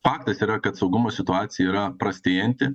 faktas yra kad saugumo situacija yra prastėjanti